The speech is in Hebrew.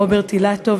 רוברט אילטוב,